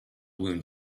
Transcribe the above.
wound